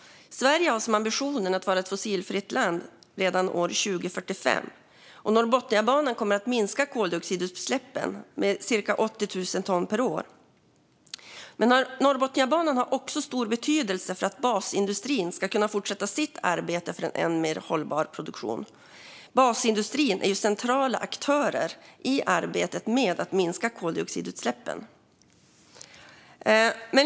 Sverige har som ambition att vara ett fossilfritt land redan år 2045, och Norrbotniabanan kommer att minska koldioxidutsläppen med cirka 80 000 ton per år. Men Norrbotniabanan har också stor betydelse för att basindustrin ska kunna fortsätta sitt arbete för en än mer hållbar produktion. Basindustrin är en central aktör i arbetet med att minska koldioxidutsläppen.